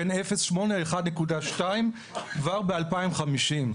בין 08.12 כבר ב-2050.